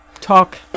talk